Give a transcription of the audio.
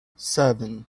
seven